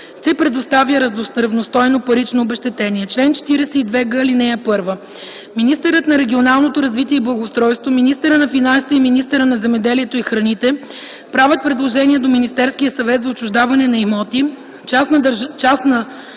се предоставя равностойно парично обезщетение. Чл. 42г. (1) Министърът на регионалното развитие и благоустройството, министърът на финансите и министърът на земеделието и храните, правят предложение до Министерския съвет за отчуждаване на имоти частна